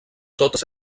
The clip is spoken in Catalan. totes